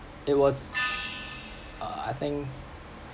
it was ugh I think